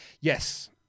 Yes